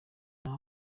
naho